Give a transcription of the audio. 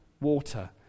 water